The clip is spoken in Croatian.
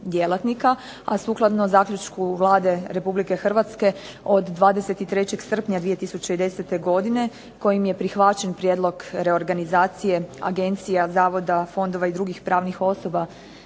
Sukladno zaključku Vlade Republike Hrvatske od 23. srpnja ove godine kojim je prihvaćen prijedlog o reorganizaciji agencija, zavoda, fondova i drugih pravnih osoba